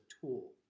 tool